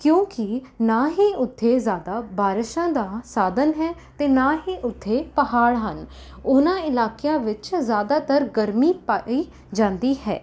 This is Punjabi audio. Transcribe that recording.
ਕਿਉਂਕਿ ਨਾ ਹੀ ਉੱਥੇ ਜ਼ਿਆਦਾ ਬਾਰਿਸ਼ਾਂ ਦਾ ਸਾਧਨ ਹੈ ਅਤੇ ਨਾ ਹੀ ਉੱਥੇ ਪਹਾੜ ਹਨ ਉਹਨਾਂ ਇਲਾਕਿਆਂ ਵਿੱਚ ਜ਼ਿਆਦਾਤਰ ਗਰਮੀ ਪਾਈ ਜਾਂਦੀ ਹੈ